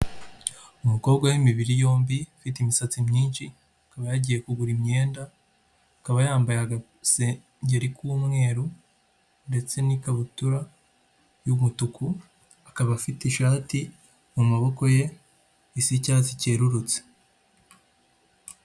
Umukobwa w'imibiri yombi ufite imisatsi myinshi aba yagiye kugura imyenda, akaba yambaye agasengeri k'umweru ndetse n'ikabutura y'umutuku, akaba afite ishati mu maboko ye isa icyatsi cyerurutse.